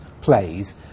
plays